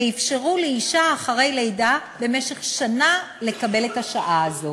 ואפשרו לאישה אחרי לידה במשך שנה לקבל את השעה הזאת.